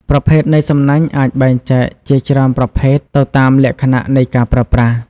ប្រភេទនៃសំណាញ់អាចបែងចែកជាច្រើនប្រភេទទៅតាមលក្ខណៈនៃការប្រើប្រាស់